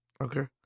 Okay